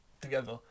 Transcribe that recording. together